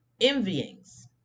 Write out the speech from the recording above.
envyings